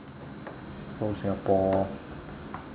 so singapore